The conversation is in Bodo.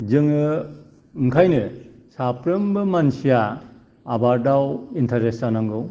जोङो ओंखायनो साफ्रोमबो मानसिया आबादाव इन्टारेस्त जानांगौ